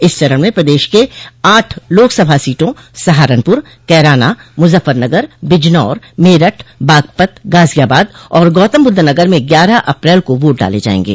इस चरण में प्रदेश के आठ लोकसभा सीटों सहारनपुर कैराना मुजफ्फरनगर बिजनौर मेरठ बागपत गाजियाबाद और गौतमबुद्ध नगर में ग्यारह अप्रैल को वोट डाले जायेंगे